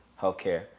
healthcare